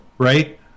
right